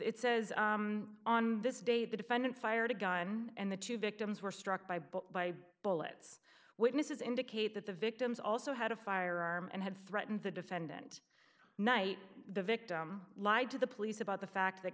it says on this day the defendant fired a gun and the two victims were struck by but by bullet witnesses indicate that the victims also had a firearm and had threatened the defendant knight the victim lied to the police about the fact that